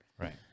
right